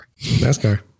NASCAR